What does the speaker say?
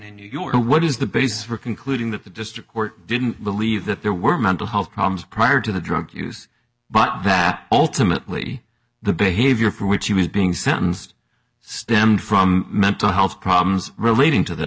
in new york what is the basis for concluding that the district court didn't believe that there were mental health problems prior to the drug use but that ultimately the behavior for which he was being sentenced stemmed from mental health problems relating to the